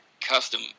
custom